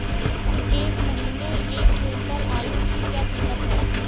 इस महीने एक क्विंटल आलू की क्या कीमत है?